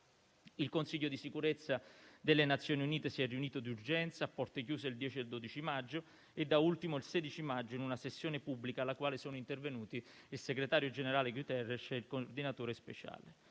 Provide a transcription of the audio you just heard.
Il Consiglio di sicurezza delle Nazioni Unite si è riunito d'urgenza a porte chiuse il 10 e il 12 maggio e da ultimo il 16 maggio, in una sessione pubblica alla quale sono intervenuti il segretario generale, Guterres, e il coordinatore speciale,